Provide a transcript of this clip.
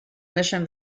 mission